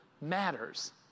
matters